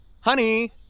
Honey